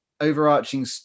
overarching